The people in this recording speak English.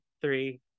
three